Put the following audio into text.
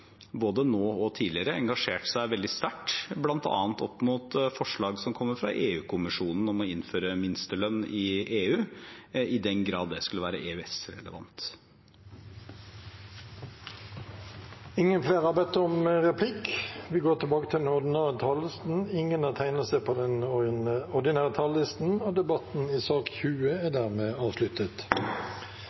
både nå og tidligere, engasjert seg veldig sterkt bl.a. opp mot forslag som kommer fra EU-kommisjonen om å innføre minstelønn i EU, i den grad det skulle være EØS-relevant. Replikkordskiftet er avsluttet. Flere har ikke bedt om ordet til sak nr. 20. Etter ønske fra arbeids- og sosialkomiteen vil presidenten ordne debatten slik: 3 minutter til hver partigruppe og